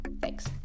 Thanks